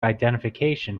identification